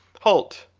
halt!